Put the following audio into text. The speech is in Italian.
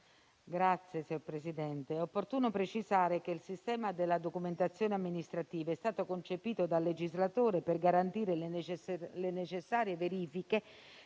Signor Presidente, è opportuno precisare che il sistema della documentazione amministrativa è stato concepito dal legislatore per garantire le necessarie verifiche,